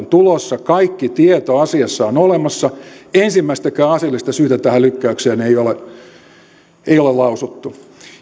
tulossa kaikki tieto asiassa on olemassa ensimmäistäkään asiallista syytä tähän lykkäykseen ei ole lausuttu